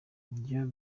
ibyo